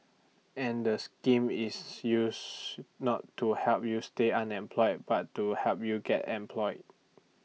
and the scheme is used not to help you stay unemployed but to help you get employed